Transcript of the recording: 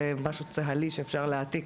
זה משהו צה"לי שאפשר להעתיק.